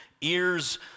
ears